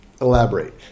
elaborate